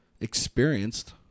experienced